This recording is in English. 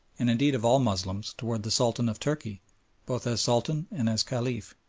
and indeed of all moslems, towards the sultan of turkey both as sultan and as caliph.